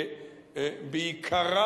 שבעיקרה,